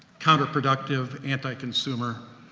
counterproductive, anti-consumer,